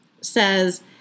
says